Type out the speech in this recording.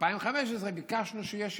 2015 ביקשנו שיהיה שינוי.